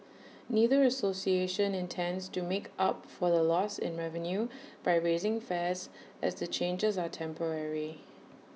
neither association intends to make up for the loss in revenue by raising fares as the changes are temporary